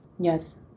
Yes